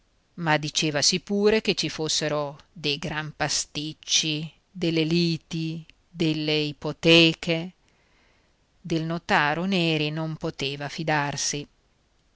ma dicevasi pure che ci fossero dei gran pasticci delle liti delle ipoteche del notaro neri non poteva fidarsi